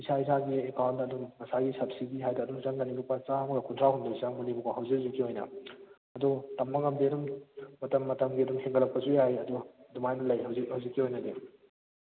ꯏꯁꯥ ꯏꯁꯥꯒꯤ ꯑꯦꯀꯥꯎꯟꯗ ꯑꯗꯨꯝ ꯉꯁꯥꯏꯒꯤ ꯁꯕꯁꯤꯗꯤ ꯍꯥꯏꯗꯨ ꯑꯗꯨꯝ ꯆꯪꯒꯅꯤ ꯂꯨꯄꯥ ꯆꯥꯝꯃꯒ ꯀꯨꯟꯊ꯭ꯔꯥꯍꯨꯝꯗꯣꯏ ꯆꯪꯕꯅꯦꯕꯀꯣ ꯍꯧꯖꯤꯛ ꯍꯧꯖꯤꯛ ꯑꯣꯏꯅ ꯑꯗꯨ ꯇꯝꯕ ꯉꯝꯗꯦ ꯑꯗꯨꯝ ꯃꯇꯝ ꯃꯇꯝꯒꯤ ꯑꯗꯨꯝ ꯍꯦꯟꯒꯠꯂꯛꯄꯁꯨ ꯌꯥꯏ ꯑꯗꯨ ꯑꯗꯨꯃꯥꯏꯅ ꯂꯩ ꯍꯧꯖꯤꯛ ꯍꯧꯖꯤꯛꯀꯤ ꯑꯣꯏꯅꯗꯤ